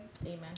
Amen